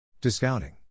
Discounting